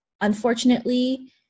Unfortunately